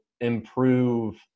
improve